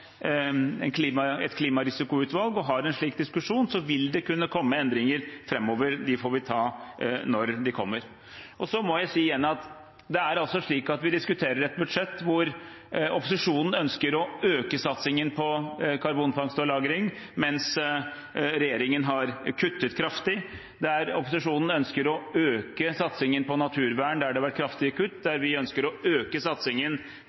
slik diskusjon, så vil det kunne komme endringer framover, og dem får vi ta når de kommer. Jeg må si igjen at vi diskuterer et budsjett hvor opposisjonen ønsker å øke satsingen på karbonfangst og -lagring, mens regjeringen har kuttet kraftig. Opposisjonen ønsker å øke satsingen på naturvern der det har vært kraftige kutt, og vi ønsker å øke satsingen